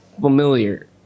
familiar